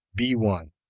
be one.